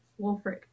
Wolfric